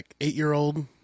eight-year-old